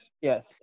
yes